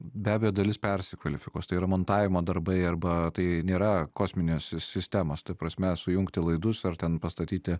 be abejo dalis persikvalifikuos tai yra montavimo darbai arba tai nėra kosminės sistemos tai prasme sujungti laidus ar ten pastatyti